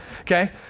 Okay